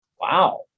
Wow